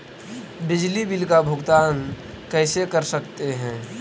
बिजली बिल का भुगतान कैसे कर सकते है?